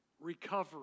recovery